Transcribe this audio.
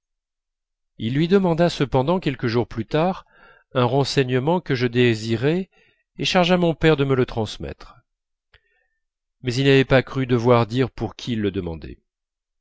il lui demanda cependant quelques jours plus tard un renseignement que je désirais et chargea mon père de me le transmettre mais il n'avait pas cru devoir dire pour qui il le demandait